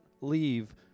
leave